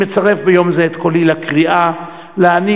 אני מצרף ביום זה את קולי לקריאה להעניק